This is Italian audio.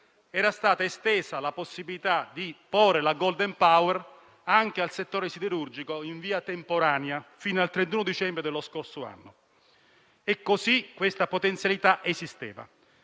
era stata estesa la possibilità di porre il *golden power* anche al settore siderurgico, in via temporanea, fino al 31 dicembre dello scorso anno. Così, questa potenzialità esisteva.